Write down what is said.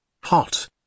hot